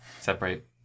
separate